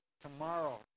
tomorrow